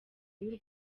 y’u